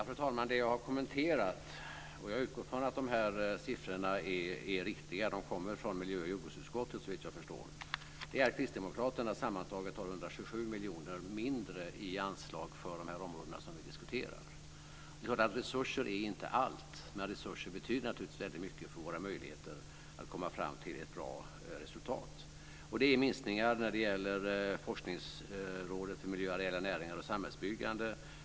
Fru talman! Det jag har kommenterat - och jag utgår från att siffrorna som kommer från miljö och jordbruksutskottet, såvitt jag förstår, är riktiga - är att kristdemokraterna sammantaget har 127 miljoner mindre i anslag för de områden som vi diskuterar. Det är klart att resurser inte är allt, men resurser betyder naturligtvis väldigt mycket för våra möjligheter att komma fram till ett bra resultat. Det är minskningar när det gäller Forskningsrådet för miljö, areella näringar och samhällsbyggande.